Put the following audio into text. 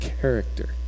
character